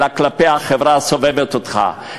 אלא כלפי החברה הסובבת אותך,